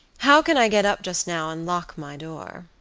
how can i get up just now and lock my door?